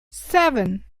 seven